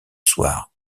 soir